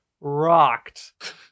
rocked